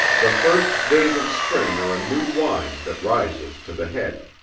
the first days of spring are a new wine that rises to the head.